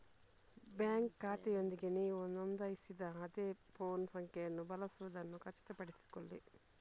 bank ಖಾತೆಯೊಂದಿಗೆ ನೀವು ನೋಂದಾಯಿಸಿದ ಅದೇ ಫೋನ್ ಸಂಖ್ಯೆಯನ್ನು ಬಳಸುವುದನ್ನು ಖಚಿತಪಡಿಸಿಕೊಳ್ಳಿ